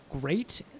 great